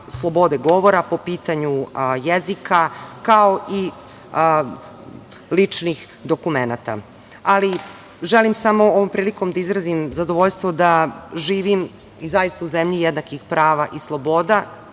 slobode govora, po pitanju jezika, kao ličnih dokumenata. Želim samo ovom prilikom da izrazim zadovoljstvo da živim zaista u zemlji jednakih prava i sloboda,